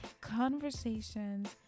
conversations